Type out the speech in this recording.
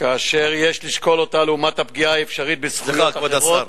כאשר יש לשקול אותה לעומת הפגיעה האפשרית בזכויות אחרות,